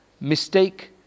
mistake